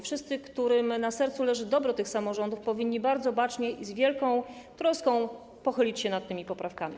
Wszyscy, którym na sercu leży dobro samorządów, powinni bardzo bacznie i z wielką troską pochylić się nad tymi poprawkami.